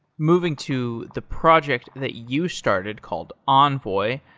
moving to the project that you started called envoy,